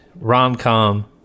rom-com